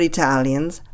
Italians